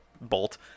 bolt